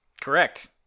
Correct